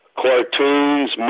cartoons